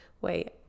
Wait